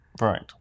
Right